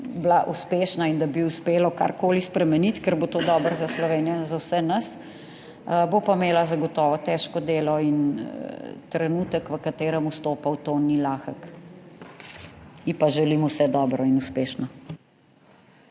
da bi uspelo karkoli spremeniti, ker bo to dobro za Slovenijo in za vse nas. Bo pa imela zagotovo težko delo in trenutek, v katerem vstopa v to ni lahek. Ji pa želim vse dobro in uspešno.